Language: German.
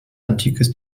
antikes